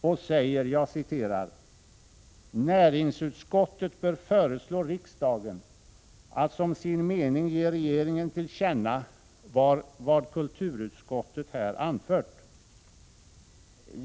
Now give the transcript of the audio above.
Utskottet skriver: ”Näringsutskottet bör föreslå riksdagen att som sin mening ge regeringen till känna vad kulturutskottet här anfört.” Herr talman!